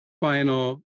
final